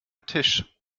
tisch